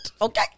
Okay